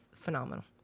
phenomenal